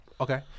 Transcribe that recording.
okay